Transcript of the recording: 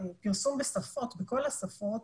לפרסום בשפות, בכל השפות,